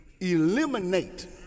eliminate